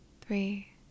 three